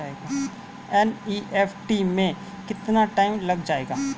NEFT में कितना time लग जाएगा?